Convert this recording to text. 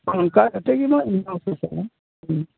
ᱚᱱᱠᱟ ᱠᱟᱛᱮ ᱜᱮ ᱢᱟ ᱦᱮᱸ